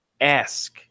ask